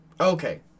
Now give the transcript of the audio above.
Okay